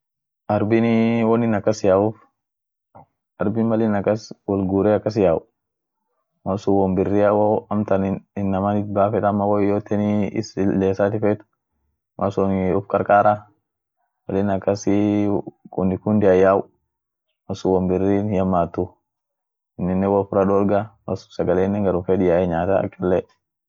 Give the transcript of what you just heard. arbinii wonin akas yauf, arbin mal in akas wolgure akas yau malsun won biria wo amtan inaman itbafet ama won yoyoote is lesati feet malsunii uf karkara malin akasii kundi kundi yau malsun won birin hihammatu ininen wo uffira dorga sagalenen garum fed yae nyaata ak cholle.